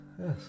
yes